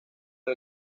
del